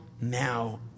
now